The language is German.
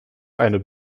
eine